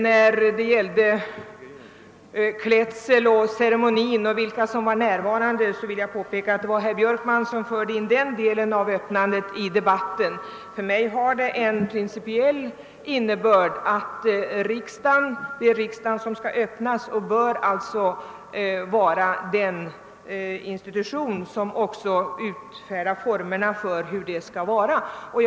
Beträffande klädseln, ceremonin och vilka som brukar vara närvarande vill jag påpeka att det var herr Björkman som förde in de frågorna i debatten. För mig har denna fråga en principiell innebörd nämligen att det är riksdagen som skall öppnas. Riksdagen bör alltså vara den institution som också skall utfärda bestämmelser om hur det skall gå till.